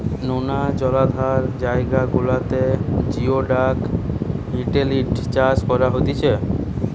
নোনা জলাধার জায়গা গুলাতে জিওডাক হিটেলিডি চাষ করা হতিছে